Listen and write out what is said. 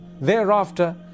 Thereafter